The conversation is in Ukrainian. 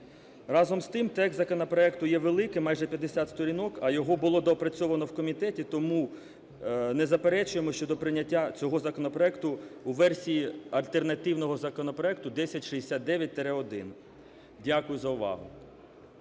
Разом з тим, текст законопроекту є великим, майже 50 сторінок, а його було доопрацьовано в комітеті, тому не заперечуємо щодо прийняття цього законопроект у версії альтернативного законопроекту 1069-1. Дякую за увагу.